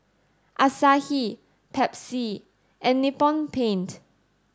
Asahi Pepsi and Nippon Paint